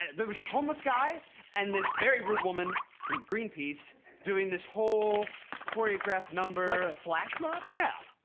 ah there was this homeless guy and this very rude woman from greenpeace doing this whole choreographed number. like a flash mob? yeah.